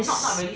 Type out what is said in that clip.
yes